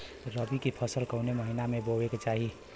रबी की फसल कौने महिना में बोवे के चाही?